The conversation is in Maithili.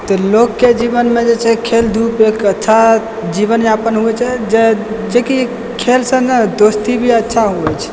तऽ लोकके जीवनमे जे छै खेल धूप एक अच्छा जीवन यापन होइत छै जेकि खेल सङ्गे दोस्ती भी अच्छा होइत छै